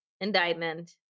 indictment